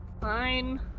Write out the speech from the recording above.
fine